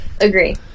Agree